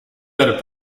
del